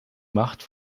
macht